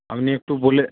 আপনি একটু বলে